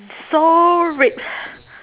so red